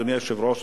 אדוני היושב-ראש,